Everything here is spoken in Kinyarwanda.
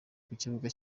kukibuga